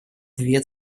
две